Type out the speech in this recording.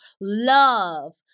love